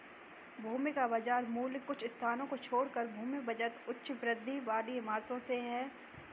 भूमि का बाजार मूल्य कुछ स्थानों को छोड़कर भूमि बचत उच्च वृद्धि वाली इमारतों से है